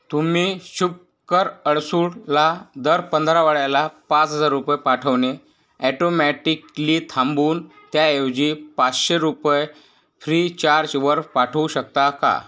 तुम्ही शुपकर अडसूटला दर पंधरवड्याला पाच हजार रुपये पाठवणे ॲटोमॅटिकली थांबवून त्याऐवजी पाचशे रुपये फ्रीचार्जवर पाठवू शकता का